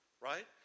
right